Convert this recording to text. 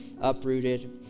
uprooted